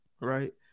right